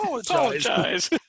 apologize